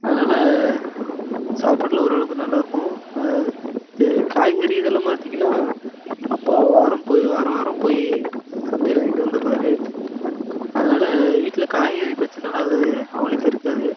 அதனால் சாப்பாடு எல்லாம் ஓரளவுக்கு நல்லா இருக்கும் இது காய்கறி இதெல்லாம் பார்த்தீங்கன்னா அப்பா வாரம் போய் வாரம் வாரம் போய் சந்தையில் வாங்கிகிட்டு வந்துடுவார் அதனால் வீட்டில் காய்கறி பிரச்சனைலாம் எதுவும் அவ்வளோவுக்கு இருக்காது